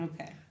Okay